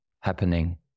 happening